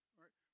right